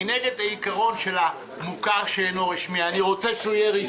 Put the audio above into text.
אני נגד העיקרון של החינוך המוכר שאינו רשמי אני רוצה שהוא יהיה רשמי.